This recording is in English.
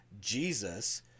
Jesus